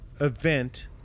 event